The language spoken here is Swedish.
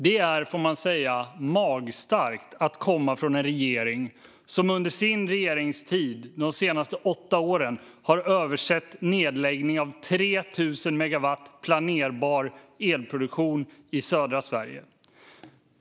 Detta är, får man säga, magstarkt för att komma från en regering som under sin regeringstid - de senaste åtta åren - har översett nedläggning av 3 000 megawatt planerbar elproduktion i södra Sverige.